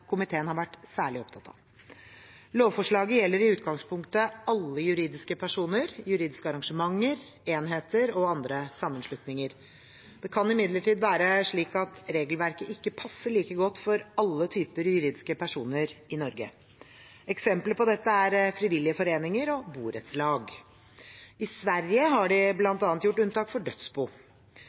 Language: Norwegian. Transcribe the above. komiteen har vært særlig opptatt av. Lovforslaget gjelder i utgangspunktet alle juridiske personer, juridiske arrangementer, enheter og andre sammenslutninger. Det kan imidlertid være slik at regelverket ikke passer like godt for alle typer juridiske personer i Norge. Eksempler på dette er frivillige foreninger og borettslag. I Sverige har de bl.a. gjort unntak for dødsbo.